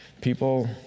People